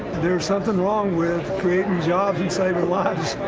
there is nothing wrong with creating jobs and saving lives.